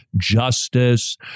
justice